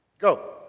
Go